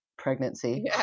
Pregnancy